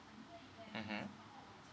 mmhmm